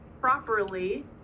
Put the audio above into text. properly